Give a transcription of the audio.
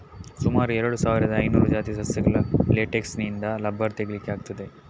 ಸುಮಾರು ಎರಡು ಸಾವಿರದ ಐನೂರು ಜಾತಿಯ ಸಸ್ಯಗಳ ಲೇಟೆಕ್ಸಿನಿಂದ ರಬ್ಬರ್ ತೆಗೀಲಿಕ್ಕೆ ಆಗ್ತದೆ